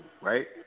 right